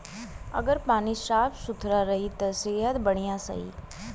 अगर पानी साफ सुथरा रही त सेहत बढ़िया रही